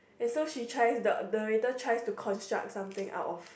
so she tries the narrator tries to construct something out of